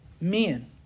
Men